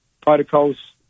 protocols